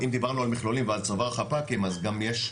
אם דיברנו על מכלולים ועל צובר חפ"קים אז גם יש,